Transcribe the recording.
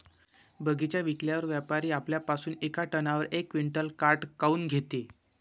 बगीचा विकल्यावर व्यापारी आपल्या पासुन येका टनावर यक क्विंटल काट काऊन घेते?